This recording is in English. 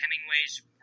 Hemingway's